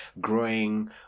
growing